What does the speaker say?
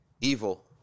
evil